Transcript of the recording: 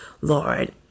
Lord